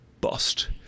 Bust